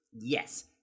Yes